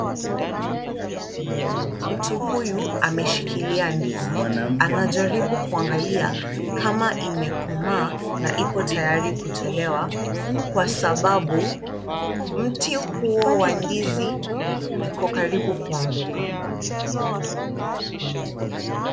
Mtu huyu ameshikilia ndizi. Anajaribu kuangalia kama imekomaa na ipo tayari kutolewa kwa sababu mti huo wa ndizi iko karibu kuanguka.